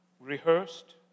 Rehearsed